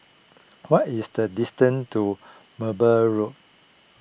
what is the distance to Merbau Road